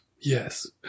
Yes